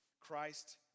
Christ